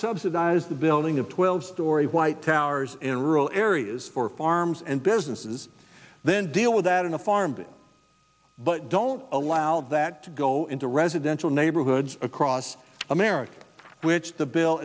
subsidize the building of twelve story white towers in rural areas or farms and businesses then deal with that in a farm but don't allow that to go into residential neighborhoods across america which the bill